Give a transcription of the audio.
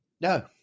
No